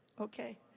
Okay